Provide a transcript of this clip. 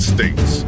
States